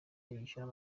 yishyura